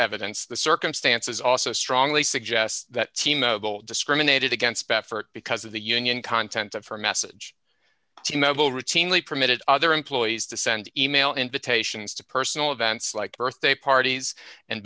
evidence the circumstances also strongly suggest that team will discriminated against baffert because of the union content of her message to mobile routinely permitted other employees to send email invitations to personal events like birthday parties and